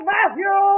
Matthew